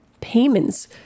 payments